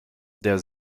der